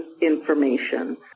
information